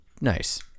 Nice